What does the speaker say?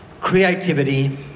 creativity